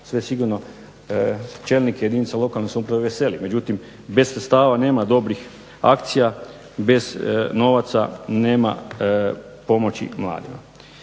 sve sigurno čelnike jedinica lokalne samouprave veseli, međutim bez sredstava nema dobrih akcija, bez novaca nema pomoći mladima.